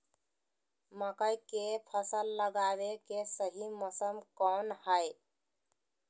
मकई के फसल लगावे के सही मौसम कौन हाय?